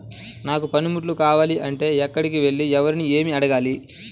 నాకు పనిముట్లు కావాలి అంటే ఎక్కడికి వెళ్లి ఎవరిని ఏమి అడగాలి?